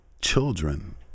children